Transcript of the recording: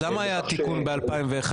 למה היה התיקון ב-2001,